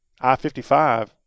I-55